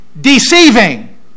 deceiving